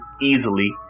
easily